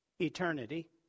Eternity